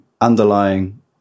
underlying